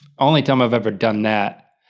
only time i've ever done that.